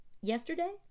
yesterday